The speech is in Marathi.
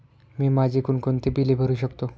मी माझी कोणकोणती बिले भरू शकतो?